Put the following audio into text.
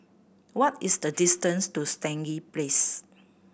what is the distance to Stangee Place